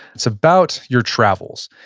it's about your travels.